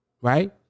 Right